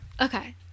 okay